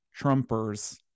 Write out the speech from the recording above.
Trumpers